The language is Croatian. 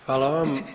Hvala vam.